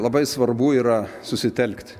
labai svarbu yra susitelkt